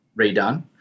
redone